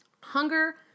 Hunger